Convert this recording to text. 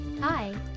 Hi